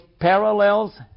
parallels